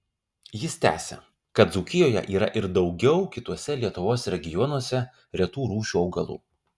jis tęsia kad dzūkijoje yra ir daugiau kituose lietuvos regionuose retų rūšių augalų